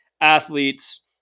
athletes